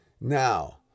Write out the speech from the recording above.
Now